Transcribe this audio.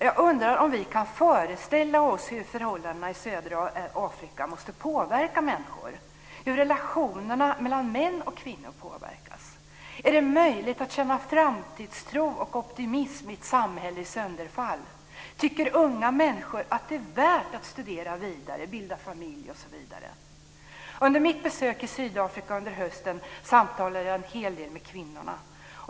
Jag undrar om vi kan föreställa oss hur förhållandena i södra Afrika måste påverka människor, hur relationerna mellan män och kvinnor påverkas. Är det möjligt att känna framtidstro och optimism i ett samhälle i sönderfall? Tycker unga människor att det är värt att studera vidare, bilda familj osv.? Under mitt besök i Sydafrika under hösten samtalade jag en hel del med kvinnorna.